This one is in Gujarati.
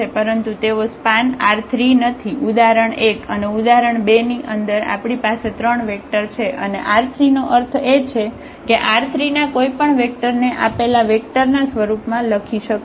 પરંતુ તેઓ સ્પાન R3 નથી ઉદાહરણ 1 અને ઉદાહરણ 2 ની અંદર આપણી પાસે ત્રણ વેક્ટર છે અને R3 નો અર્થ એ છે કે R3 ના કોઈપણ વેક્ટર ને આપેલા વેક્ટર ના સ્વરૂપમાં લખી શકાય